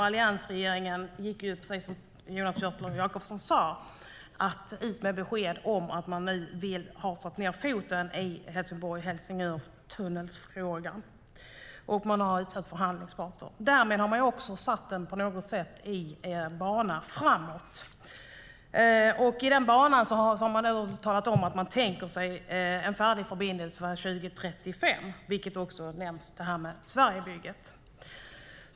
Alliansregeringen gick, som Jonas Jacobsson Gjörtler sade, ut med besked om att man nu har satt ned foten i frågan om en tunnel mellan Helsingborg och Helsingör och att man har utsett förhandlingsparter. Därmed har man också på något sätt satt den i en bana framåt. I denna bana har man nu talat om att man tänker sig en färdig förbindelse år 2035, vilket också nämns i Sverigebygget.